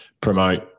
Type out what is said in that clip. promote